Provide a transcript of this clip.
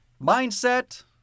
mindset